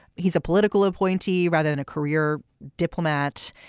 he's a political appointee rather than a career diplomat.